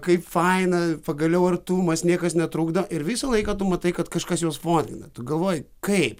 kaip faina pagaliau artumas niekas netrukdo ir visą laiką tu matai kad kažkas juos fotkina tu galvoji kaip